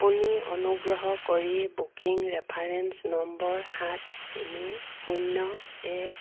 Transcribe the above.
আপুনি অনুগ্ৰহ কৰি বুকিং ৰেফাৰেঞ্চ নম্বৰ সাত তিনি শূন্য এক